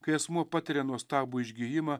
kai asmuo patiria nuostabų išgijimą